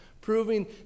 proving